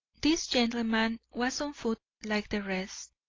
this gentleman was on foot like the rest,